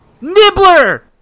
Nibbler